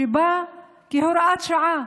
שבא כהוראת שעה.